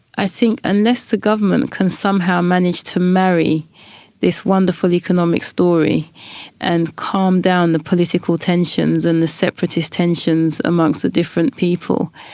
i think unless the government can somehow manage to marry this wonderful economic story and calm down the political tensions and the separatist tensions amongst the different people,